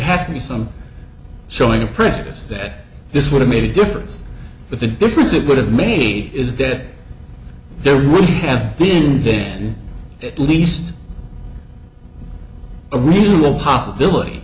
has to be some showing a prejudice that this would have made a difference but the difference it would have made is dead there would be had being then at least a reasonable possibility